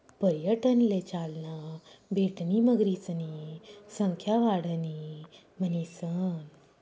पर्यटनले चालना भेटणी मगरीसनी संख्या वाढणी म्हणीसन